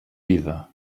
vida